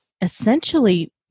essentially